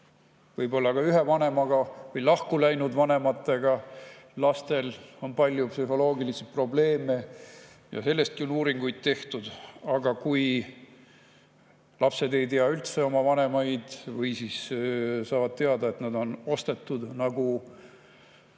et ka ühe vanemaga või lahku läinud vanematega lastel on palju psühholoogilisi probleeme, ka selle kohta on uuringuid tehtud. Aga kui lapsed ei tea üldse oma vanemaid või siis saavad teada, et nad on ostetud nagu